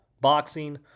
boxing